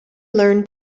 learn